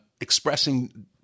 expressing –